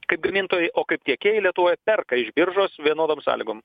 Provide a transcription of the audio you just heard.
kaip gamintojai o kaip tiekėjai lietuvoj perka iš biržos vienodom sąlygom